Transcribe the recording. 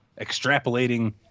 extrapolating